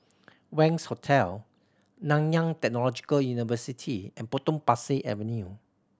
Wangz Hotel Nanyang Technological University and Potong Pasir Avenue